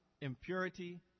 impurity